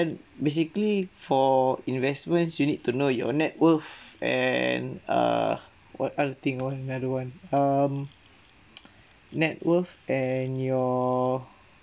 basically for investments you need to know your net worth and err what other thing what another one um net worth and your